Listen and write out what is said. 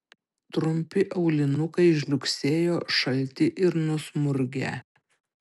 trumpi aulinukai žliugsėjo šalti ir nusmurgę